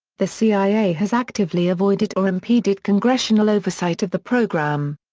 the cia has actively avoided or impeded congressional oversight of the program.